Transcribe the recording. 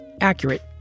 accurate